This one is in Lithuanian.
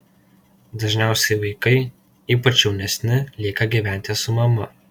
dažniausiai vaikai ypač jaunesni lieka gyventi su mama